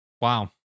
wow